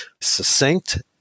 succinct